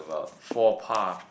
four par